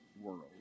world